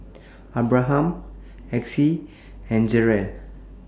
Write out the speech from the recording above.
Abraham Exie and Jerrel